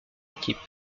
équipe